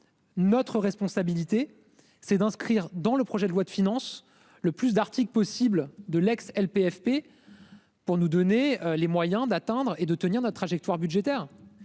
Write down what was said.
Notre responsabilité c'est d'inscrire dans le projet de loi de finances le plus d'Arctic possible de l'ex- LPFP. Pour nous donner les moyens d'attendre et de tenir notre trajectoire budgétaire.